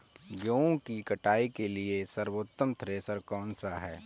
गेहूँ की कुटाई के लिए सर्वोत्तम थ्रेसर कौनसा है?